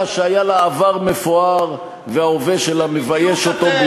שהיה לה עבר מפואר וההווה שלה מבייש אותה.